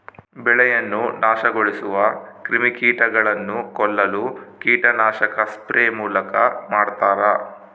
ಬೆಳೆಯನ್ನು ನಾಶಗೊಳಿಸುವ ಕ್ರಿಮಿಕೀಟಗಳನ್ನು ಕೊಲ್ಲಲು ಕೀಟನಾಶಕ ಸ್ಪ್ರೇ ಮೂಲಕ ಮಾಡ್ತಾರ